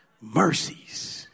mercies